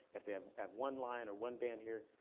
if they have have one line or one band here,